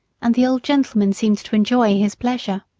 and the old gentleman seemed to enjoy his pleasure.